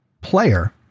player